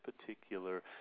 particular